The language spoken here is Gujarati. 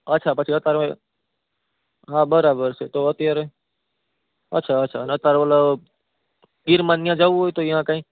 અચ્છા પછી અત્યાર હા બરાબર છે તો અત્યારે અચ્છા અચ્છા અને અત્યારે ઓલા ગીરમાણ્યા જાવું હોય તો કઈ